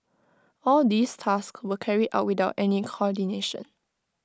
all these tasks were carried out without any coordination